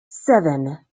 seven